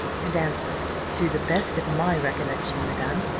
and answered, to the best of my recollection, madam,